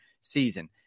season